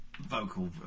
vocal